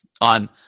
on